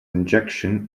injection